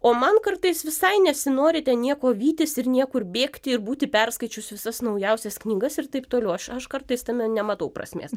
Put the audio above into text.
o man kartais visai nesinori ten nieko vytis ir niekur bėgti ir būti perskaičius visas naujausias knygas ir taip toliau aš aš kartais tame nematau prasmės